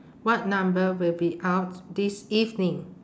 what number will be out this evening